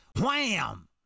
wham